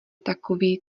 takový